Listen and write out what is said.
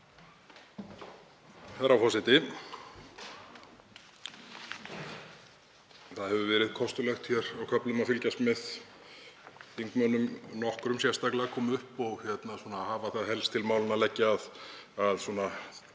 Herra forseti. Það hefur verið kostulegt á köflum að fylgjast með þingmönnum, nokkrum sérstaklega, koma upp og hafa það helst til málanna að leggja að